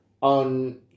on